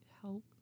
help